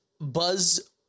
Buzz